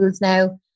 now